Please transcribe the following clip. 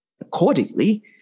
Accordingly